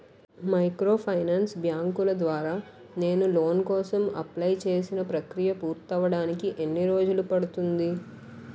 Microfinance బ్యాంకుల ద్వారా నేను లోన్ కోసం అప్లయ్ చేసిన ప్రక్రియ పూర్తవడానికి ఎన్ని రోజులు పడుతుంది?